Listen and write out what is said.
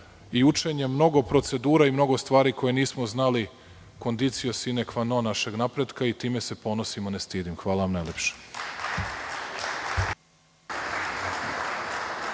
i učenjem mnogo procedura i mnogo stvari koje nismo znali, kondicio sine kva non našeg napretka i time se ponosno ne stidim. Hvala najlepše.